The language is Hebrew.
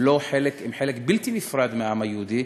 הם חלק בלתי נפרד מהעם היהודי.